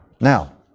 Now